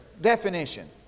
Definition